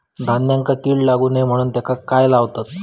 धान्यांका कीड लागू नये म्हणून त्याका काय लावतत?